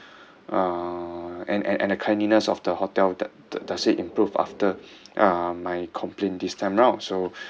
uh and and and the cleanliness of the hotel that does it improve after uh my complaint this time round so